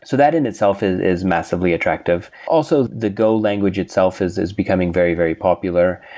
so that in itself is is massively attractive also, the go language itself is is becoming very, very popular.